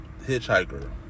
hitchhiker